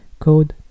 code